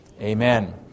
amen